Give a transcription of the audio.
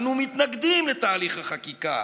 אנו מתנגדים לתהליך החקיקה.